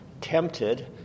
tempted